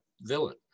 villain